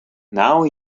now